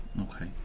okay